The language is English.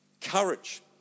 Courage